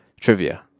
trivia